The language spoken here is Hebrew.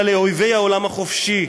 אלא לאויבי העולם החופשי.